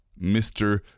Mr